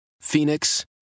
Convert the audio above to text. Phoenix